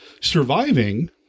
surviving